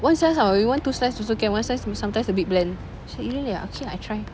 one slice ah or you want two slice also can one slice sometimes a bit bland say really ah okay I try